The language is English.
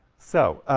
so,